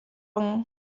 wrong